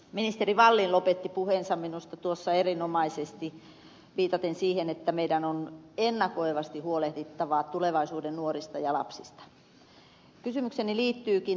ministeri wallin lopetti puheensa tuossa minusta erinomaisesti viitaten siihen että meidän on ennakoivasti huolehdittava tulevaisuuden nuorista ja lapsista